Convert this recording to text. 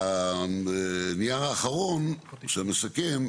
והנייר האחרון שמסכם,